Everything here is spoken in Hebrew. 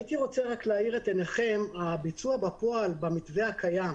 אני רוצה להאיר את עיניכם לגבי הביצוע בפועל במתווה הקיים,